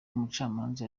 umucamanza